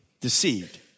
deceived